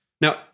Now